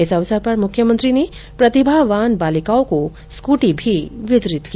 इस अवसर पर मुख्यमंत्री ने प्रतिभावान बालिकाओं को स्कूटी वितरित की